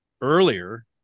earlier